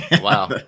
Wow